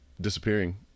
disappearing